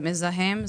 זה מזהם,